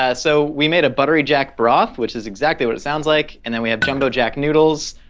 ah so we made a buttery jack broth, which is exactly what it sounds like, and then we have jumbo jack noodles.